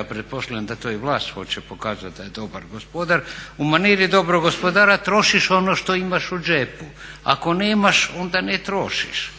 a pretpostavljam da to i vlast hoće pokazati da je dobar gospodar, u maniri dobrog gospodara trošiš ono što imaš u džepu. Ako nemaš onda ne trošiš.